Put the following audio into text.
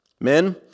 Men